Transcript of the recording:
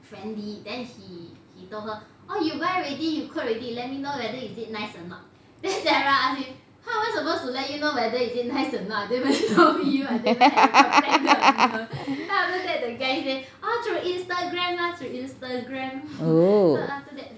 oh